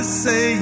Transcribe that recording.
say